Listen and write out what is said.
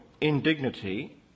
indignity